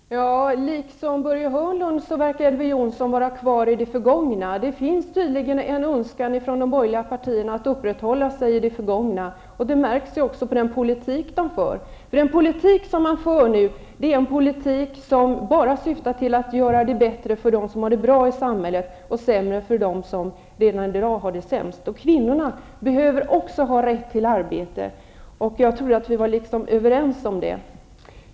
Herr talman! Liksom Börje Hörnlund verkar Elver Jonsson vara kvar i det förgångna. Det finns tydligen en önskan från de borgerliga partierna att uppehålla sig vid det förgångna. Det märks också på den politik som de borgerliga partierna för. Den politik som nu förs är en politik som bara syftar till att göra det bättre för dem som har det bra i samhället och göra det sämre för dem som redan i dag har det sämst. Och kvinnorna behöver också har rätt till arbete, och jag trodde att vi var överens om det.